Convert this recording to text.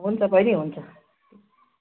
हुन्छ बहिनी हुन्छ